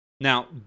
Now